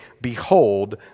behold